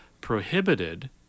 prohibited